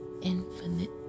infinite